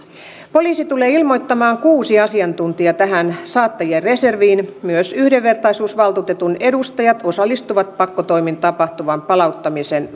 poliisi tulee ilmoittamaan kuusi asiantuntijaa tähän saattajien reserviin myös yhdenvertaisuusvaltuutetun edustajat osallistuvat pakkotoimin tapahtuvan palauttamisen